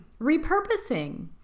repurposing